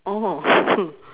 oh